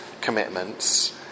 commitments